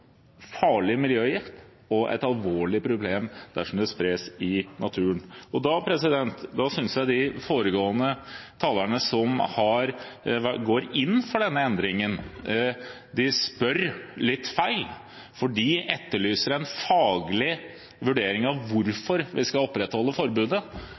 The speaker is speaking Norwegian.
alvorlig problem dersom det spres i naturen. Da synes jeg de foregående talerne som går inn for denne endringen, spør litt feil, for de etterlyser en faglig vurdering av hvorfor vi skal opprettholde forbudet.